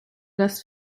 das